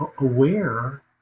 aware